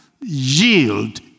yield